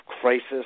crisis